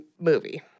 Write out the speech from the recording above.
movie